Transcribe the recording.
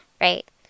Right